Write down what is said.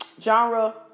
genre